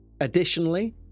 Additionally